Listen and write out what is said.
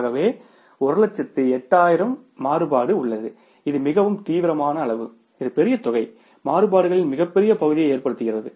ஆகவே 108000 இன் மாறுபாடு உள்ளது இது மிகவும் தீவிரமான அளவு இது பெரிய தொகை மாறுபாடுகளின் மிகப்பெரிய பகுதியை ஏற்படுத்துகிறது